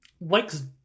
likes